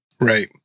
Right